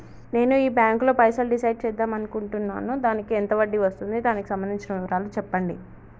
నేను ఈ బ్యాంకులో పైసలు డిసైడ్ చేద్దాం అనుకుంటున్నాను దానికి ఎంత వడ్డీ వస్తుంది దానికి సంబంధించిన వివరాలు చెప్పండి?